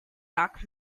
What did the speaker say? dark